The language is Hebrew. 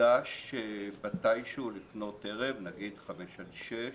שיוקדש מתישהו לפנות ערב, למשל בין 17 18,